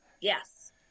Yes